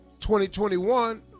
2021